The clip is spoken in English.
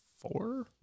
four